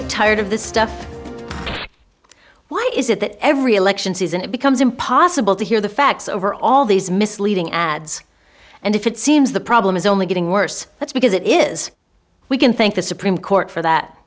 of tired of this stuff why is it that every election season it becomes impossible to hear the facts over all these misleading ads and if it seems the problem is only getting worse that's because it is we can thank the supreme court for that